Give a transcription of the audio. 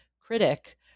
critic